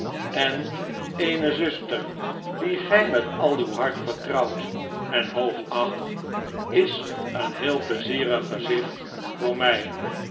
en eene zuster die gij met al uw hart vertrouwt en hoogacht is een heel pleizierig gezicht voor mij